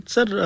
Sir